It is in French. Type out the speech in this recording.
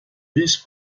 vice